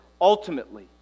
ultimately